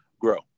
grow